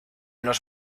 los